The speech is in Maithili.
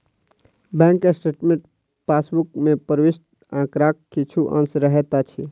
बैंक स्टेटमेंट पासबुक मे प्रविष्ट आंकड़ाक किछु अंश रहैत अछि